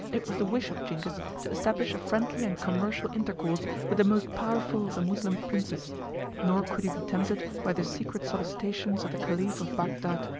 it was the wish of zingis to establish a friendly and commercial intercourse with the most powerful of the moslem princes nor could he be tempted by the secret solicitations of the caliph of bagdad,